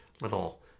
little